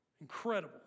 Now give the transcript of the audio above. Incredible